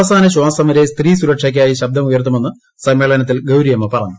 അവസാനശ്ചാസം വരെ സ്ത്രീ സുരക്ഷയ്ക്കായി ശബ്ദമുയർത്തുമെന്ന് സമ്മേളനത്തിൽ ഗൌരിയമ്മ പറഞ്ഞു